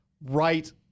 right